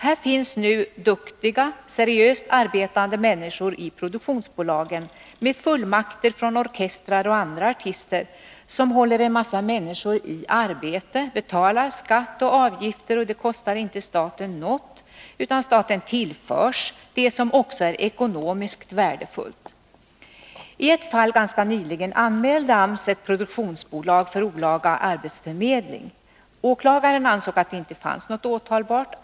Här finns nu duktiga, seriöst arbetande människor i produktionsbolagen med fullmakter från orkestrar och andra artister, som håller en mängd människor i arbete och betalar skatt och avgifter. Och det kostar inte staten något, utan staten tillförs det som också är ekonomiskt värdefullt. I ett fall ganska nyligen anmälde AMS ett produktionsbolag för olaga arbetsförmedling. Åklagaren ansåg att det inte fanns något åtalbart.